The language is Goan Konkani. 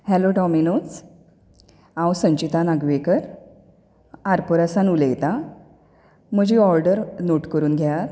हॅलो डॉमिनोझ हांव संजिता नागवेंकर आरपोरा सावन उलयतां म्हजी ऑर्डर नोट करून घेयात